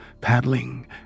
paddling